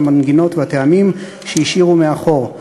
המנגינות והטעמים שהם השאירו מאחור.